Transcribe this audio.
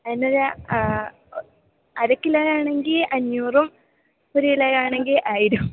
എങ്ങനെയാണ് അര കിലോനാണെങ്കിൽ അഞ്ഞൂറും ഒരു കിലോവിനാണെങ്കിൽ ആയിരം